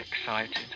excited